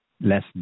less